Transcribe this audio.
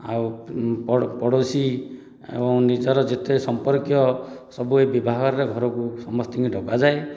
ଆଉ ପଡ଼ୋଶୀ ଏବଂ ନିଜର ଯେତେ ସମ୍ପର୍କୀୟ ସବୁ ଏହି ବିଭାଘରରେ ଘରକୁ ସମସ୍ତିଙ୍କି ଡକାଯାଏ